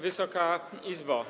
Wysoka Izbo!